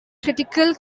critical